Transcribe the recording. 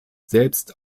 selbst